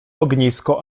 ognisko